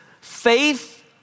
faith